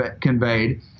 conveyed